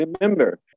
remember